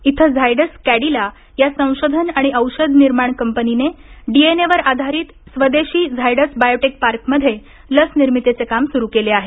इथं झायडस कॅडिला या संशोधन आणि औषध निर्माण कंपनीने डीएनएवर आधारित स्वदेशी झायडस बायोटेक पार्कमध्ये लस निर्मितीचे काम सुरू आहे